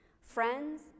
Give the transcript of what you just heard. Friends